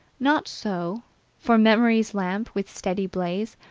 not so for memory's lamp, with steady blaze,